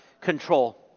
control